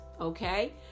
okay